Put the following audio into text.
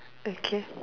okay